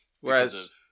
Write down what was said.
Whereas